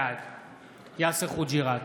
בעד יאסר חוג'יראת,